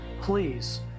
Please